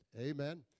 Amen